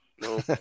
No